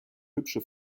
hübsche